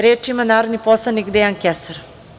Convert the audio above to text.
Reč ima narodni poslanik Dejan Kesar.